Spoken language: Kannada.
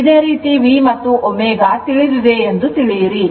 ಇದೇ ರೀತಿ v ಮತ್ತು ω ತಿಳಿದಿದೆ ಎಂದು ತಿಳಿಯಿರಿ